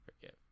forgive